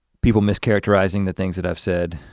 people mis characterizing the things that i've said,